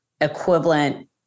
equivalent